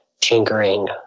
tinkering